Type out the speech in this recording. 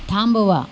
थांबवा